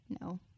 No